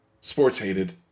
Sports-hated